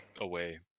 away